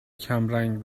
کمرنگ